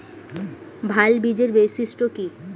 ভাল বীজের বৈশিষ্ট্য কী?